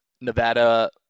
nevada